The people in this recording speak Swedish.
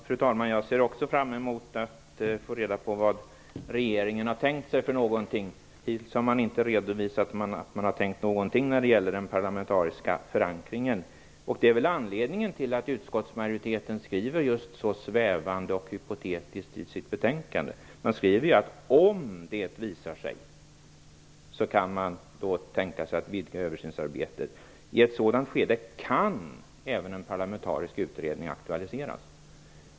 Fru talman! Jag ser också fram emot att få reda på vad regeringen har tänkt sig för någonting. Hittills har man inte redovisat att man har tänkt någonting när det gäller den parlamentariska förankringen. Det är väl anledningen till att utskottsmajoriteten skriver så svävande och hypotetiskt i sitt betänkande. Man skriver att man om det visar sig nödvändigt kan tänka sig att vidga översynsarbetet. I ett sådant skede kan även en parlamentarisk utredning aktualiseras.